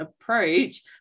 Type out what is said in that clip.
approach